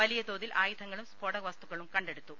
വലിയതോതിൽ ആയു ധങ്ങളും സ്ഫോടക വസ്തുക്കളും കണ്ടെടുത്തു